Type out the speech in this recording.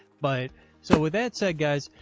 but so with that said, guys,